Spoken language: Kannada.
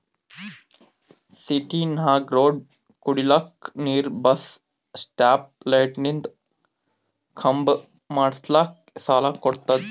ಸಿಟಿನಾಗ್ ರೋಡ್ ಕುಡಿಲಕ್ ನೀರ್ ಬಸ್ ಸ್ಟಾಪ್ ಲೈಟಿಂದ ಖಂಬಾ ಮಾಡುಸ್ಲಕ್ ಸಾಲ ಕೊಡ್ತುದ